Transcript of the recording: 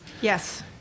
Yes